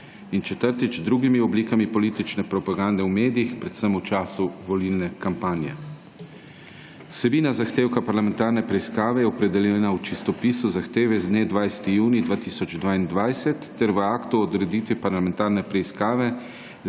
četrtič, drugimi oblikami politične propagande v medijih, predvsem v času volilne kampanje. Vsebina zahtevka parlamentarne preiskave je opredeljena v čistopisu zahteve z dne 20. junij 2022, ter v aktu o odreditvi parlamentarne preiskave